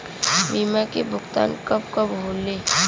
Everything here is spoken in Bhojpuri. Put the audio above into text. बीमा के भुगतान कब कब होले?